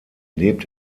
lebt